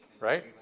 Right